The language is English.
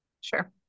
sure